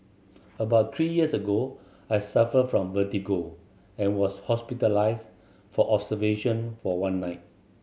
about three years ago I suffered from vertigo and was hospitalised for observation for one night